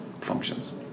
functions